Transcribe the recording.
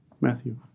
Matthew